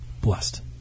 Blessed